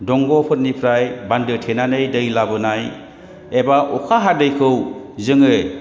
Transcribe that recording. दंग'फोरनिफ्राय बान्दो थेनानै दै लाबोनाय एबा अखा हादैखौ जों